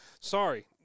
sorry